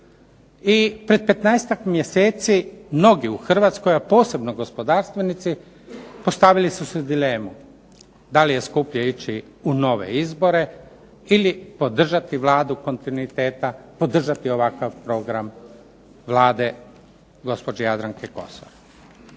I pred 15-tak mjeseci mnogi u Hrvatskoj, a posebno gospodarstvenici postavili su si dilemu, da li je skuplje ići u nove izbore ili podržati Vladu kontinuiteta, podržati ovakav program Vlade gospođe Jadranke Kosor.